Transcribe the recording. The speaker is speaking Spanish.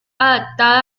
adaptada